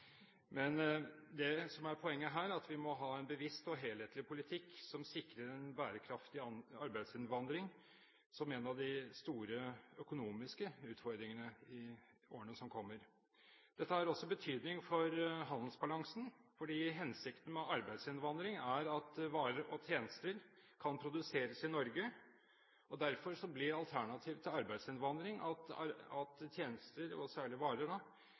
Det som er poenget her, er at vi må ha en bevisst og helhetlig politikk som sikrer en bærekraftig arbeidsinnvandring, og det er en av de store økonomiske utfordringene i årene som kommer. Dette har også betydning for handelsbalansen, for hensikten med arbeidsinnvandring er at varer og tjenester kan produseres i Norge. Derfor blir alternativet til arbeidsinnvandring at tjenester – og særlig varer